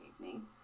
evening